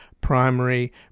Primary